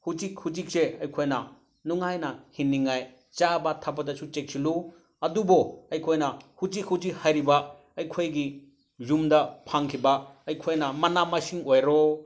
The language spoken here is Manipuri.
ꯍꯧꯖꯤꯛ ꯍꯧꯖꯤꯛꯁꯦ ꯑꯩꯈꯣꯏꯅ ꯅꯨꯡꯉꯥꯏꯅ ꯍꯤꯡꯅꯤꯡꯉꯥꯏ ꯆꯥꯕ ꯊꯛꯄꯗꯁꯨ ꯆꯦꯛꯁꯤꯜꯂꯨ ꯑꯗꯨꯕꯨ ꯑꯩꯈꯣꯏꯅ ꯍꯧꯖꯤꯛ ꯍꯧꯖꯤꯛ ꯍꯥꯏꯔꯤꯕ ꯑꯩꯈꯣꯏꯒꯤ ꯌꯨꯝꯗ ꯐꯪꯈꯤꯕ ꯑꯩꯈꯣꯏꯅ ꯃꯅꯥ ꯃꯁꯤꯡ ꯑꯣꯏꯔꯣ